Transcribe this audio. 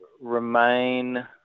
remain